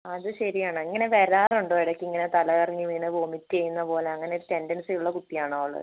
അത് ശരിയാണ് ഇങ്ങനെ വരാറുണ്ടോ ഇടക്ക് ഇങ്ങനെ തലകറങ്ങി വീണ് വൊമിറ്റ് ചെയ്യുന്നത് പോലെ അങ്ങനെയൊക്കെ ടെന്ഡന്സി ഉള്ള കുട്ടിയാണോ അവൾ